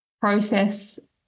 process